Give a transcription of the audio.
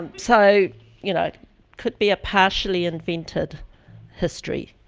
ah so you know it could be a partially invented history.